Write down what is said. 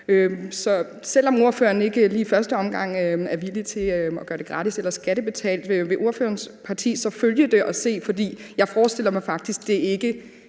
Så selv om ordføreren ikke lige i første omgang er villig til at gøre det gratis eller skattebetalt, vil ordførerens parti så følge det og se på det? For jeg forestiller mig faktisk, at det ikke